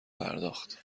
پرداخت